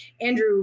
Andrew